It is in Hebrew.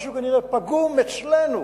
משהו כנראה פגום אצלנו